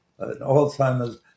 Alzheimer's